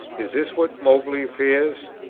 is this what moberly fears?